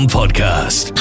podcast